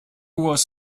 was